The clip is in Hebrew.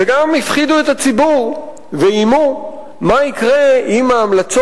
וגם הפחידו את הציבור ואיימו מה יקרה אם אפילו